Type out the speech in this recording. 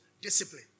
Discipline